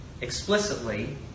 explicitly